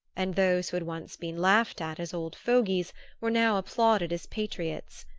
and those who had once been laughed at as old fogeys were now applauded as patriots.